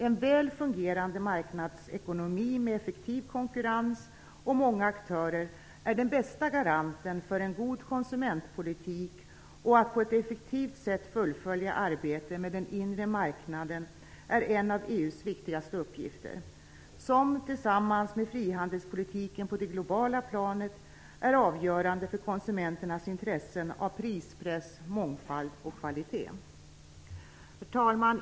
En väl fungerande marknadsekonomi med effektiv konkurrens och många aktörer är den bästa garanten för en god konsumentpolitik. Att på ett effektivt sätt fullfölja arbetet med den inre marknaden är också en av EU:s viktigaste uppgifter. Tillsammans med frihandelspolitiken på det globala planet är den inre marknaden avgörande för möjligheterna att tillgodose konsumenternas intressen av prispress, mångfald och kvalitet. Herr talman!